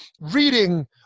Reading